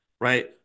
Right